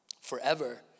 forever